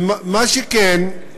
מה שכן,